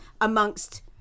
amongst